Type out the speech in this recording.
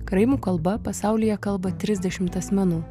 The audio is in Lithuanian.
karaimų kalba pasaulyje kalba trisdešimt asmenų